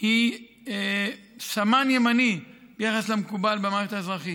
היא סמן ימני ביחס למקובל במערכת האזרחית,